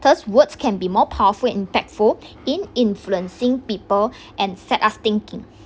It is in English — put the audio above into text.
because words can be more powerful impactful in influencing people and set us thinking